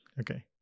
Okay